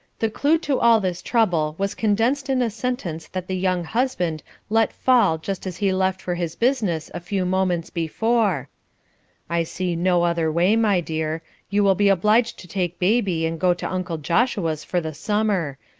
the clue to all this trouble was condensed in a sentence that the young husband let fall just as he left for his business a few moments before i see no other way, my dear you will be obliged to take baby and go to uncle joshua's for the summer.